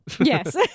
Yes